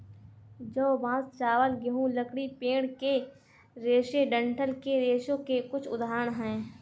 जौ, बांस, चावल, गेहूं, लकड़ी, पेड़ के रेशे डंठल के रेशों के कुछ उदाहरण हैं